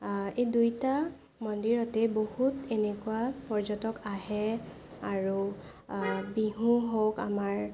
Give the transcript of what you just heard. এই দুইটা মন্দিৰতে বহুত এনেকুৱা পৰ্যটক আহে আৰু বিহু হওক আমাৰ